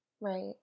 Right